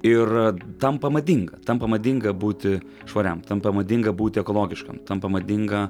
ir tampa madinga tampa madinga būti švariam tampa madinga būti ekologiškam tampa madinga